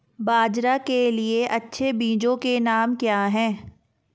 बाजरा के लिए अच्छे बीजों के नाम क्या हैं?